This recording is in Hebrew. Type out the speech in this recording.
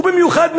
ובמיוחד מזלזלת.